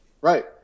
right